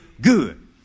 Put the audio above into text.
good